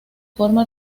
forma